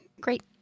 great